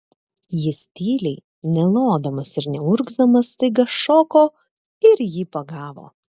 jis tyliai nelodamas ir neurgzdamas staiga šoko ir jį pagavo